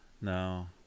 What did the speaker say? no